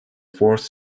forced